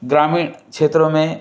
ग्रामीण क्षेत्रों में